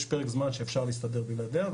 יש פרק זמן שאפשר להסתדר בלעדיה,